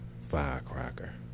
firecracker